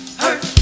hurt